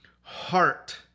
heart